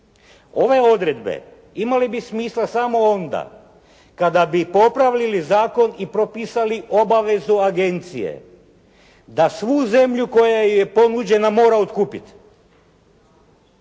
Ove odredbe imale bi smisla samo onda kada bi popravili zakon i propisali obavezu agencije da svu zemlju koja je ponuđena mora otkupiti.